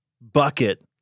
bucket